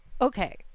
Okay